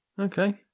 Okay